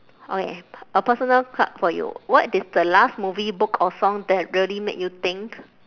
okay a personal card for you what is the last movie book or song that really made you think